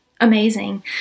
amazing